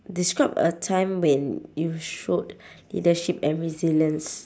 describe a time when you showed leadership and resilience